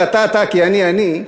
ואתה ואתה כי אני אני,